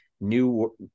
new